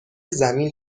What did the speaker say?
زمین